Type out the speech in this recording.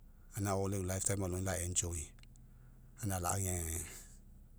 Gaina ao lau e'u life time alogai la enjoy, gaina ala'agege.